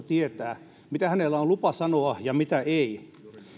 tietää mitä hänellä on lupa sanoa ja mitä ei